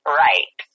right